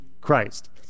Christ